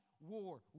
war